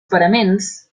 paraments